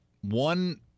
One